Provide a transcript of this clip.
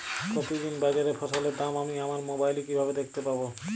প্রতিদিন বাজারে ফসলের দাম আমি আমার মোবাইলে কিভাবে দেখতে পাব?